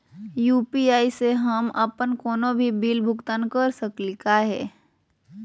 UPI स हम अप्पन कोनो भी बिल भुगतान कर सकली का हे?